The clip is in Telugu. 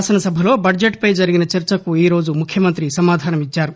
శాసనసభలో బడ్టెట్పై జరిగిన చర్చకు ఈరోజు ముఖ్యమంత్రి సమాధానం ఇచ్చారు